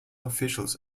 officials